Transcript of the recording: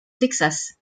texas